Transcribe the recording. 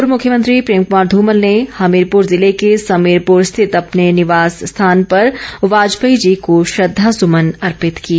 पूर्व मुख्यमंत्री प्रेम कमार ध्मल ने हमीरपुर जिले के समीरपुर स्थित अपने निवास स्थान पर वाजपेयी जी को श्रद्वासुमन अर्पित किए